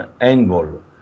angle